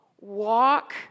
Walk